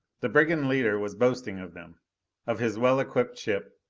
the brigand leader was boasting of them of his well equipped ship,